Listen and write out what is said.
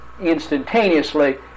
instantaneously